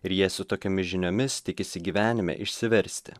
ir jie su tokiomis žiniomis tikisi gyvenime išsiversti